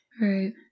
right